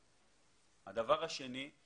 הדבר השני הוא